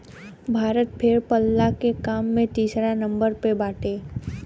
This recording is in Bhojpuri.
भारत भेड़ पालला के काम में तीसरा नंबर पे बाटे